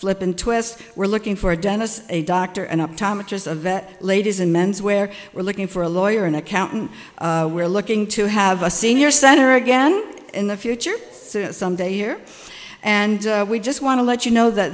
flip and twist we're looking for a dentist a doctor and up thomas just a vet ladies and men's wear we're looking for a lawyer an accountant we're looking to have a senior center again in the future some day here and we just want to let you know that